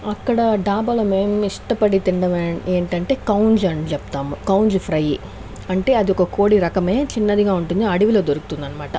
ఆక్కడ ధాబాలో మేము ఇష్టపడి తినడమేమంటే కౌన్జ్ అని చెప్తాం కౌన్జ్ ఫ్రై అంటే అదొక కోడి రకమే చిన్నదిగా ఉంటుంది అడవిలో దొరుకుతుందనమాట